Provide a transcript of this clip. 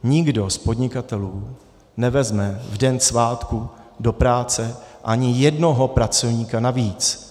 Nikdo z podnikatelů nevezme v den svátku do práce ani jednoho pracovníka navíc.